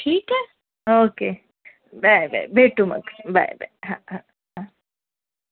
ठीक आहे okay bye bye भेटू मग बाय बाय